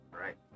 right